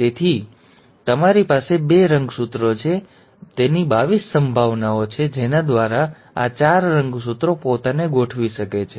તેથી ની દરેક જોડી તેથી તમારી પાસે બે રંગસૂત્રો છે તેથી 22 સંભાવનાઓ છે જેના દ્વારા આ ચાર રંગસૂત્રો પોતાને ગોઠવી શકે છે